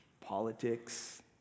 politics